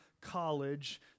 college